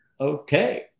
okay